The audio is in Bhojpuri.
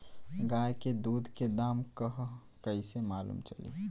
गाय के दूध के दाम का ह कइसे मालूम चली?